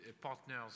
partners